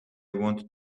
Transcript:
want